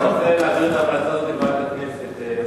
אנחנו ננסה להעביר את ההמלצה הזאת לוועדת הכנסת.